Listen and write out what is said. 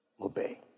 obey